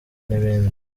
n’ibindi